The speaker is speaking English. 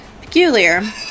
peculiar